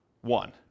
one